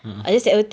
a'ah